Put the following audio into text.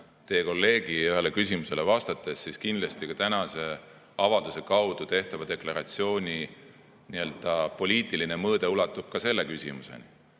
teie kolleegi ühele küsimusele vastates, kindlasti tänase avalduse kaudu tehtava deklaratsiooni poliitiline mõõde ulatub ka selle küsimuseni.